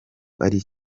ari